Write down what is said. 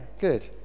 good